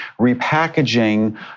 repackaging